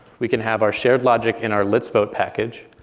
we can have our shared logic in our let's vote package.